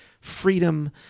freedom